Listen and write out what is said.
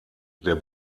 der